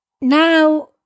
now